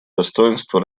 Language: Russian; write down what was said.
достоинство